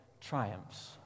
triumphs